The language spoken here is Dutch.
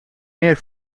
meer